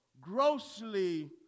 grossly